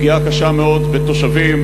פגיעה קשה מאוד בתושבים,